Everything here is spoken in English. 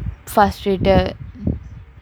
fasri ட:ta